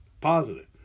positive